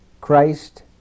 Christ